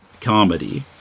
comedy